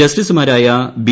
ജസ്റ്റിസുമാരായ ബി